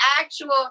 actual